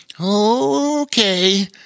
Okay